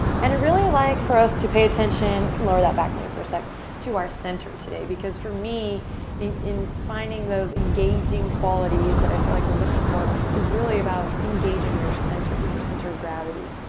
and i'd really like for us to pay attention. we can lower that back knee for a sec to our center today because for me in finding those engaging qualities that i feel like we're looking for is really about engaging your center, your center gravity.